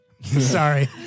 Sorry